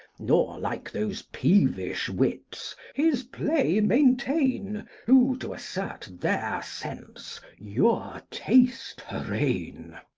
nor, like those peevish wits, his play maintain, who, to assert their sense, your taste arraign.